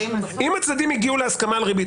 אם הצדדים הגיעו לסכמה על ריבית.